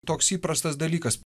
toks įprastas dalykas